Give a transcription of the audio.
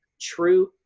true